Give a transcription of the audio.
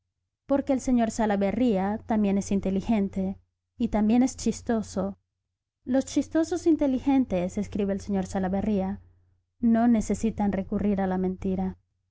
porque el sr salaverría también es inteligente y también es chistoso los chistosos inteligentes escribe el sr salaverría no necesitan recurrir a la mentira